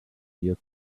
here